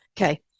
Okay